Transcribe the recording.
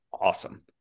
awesome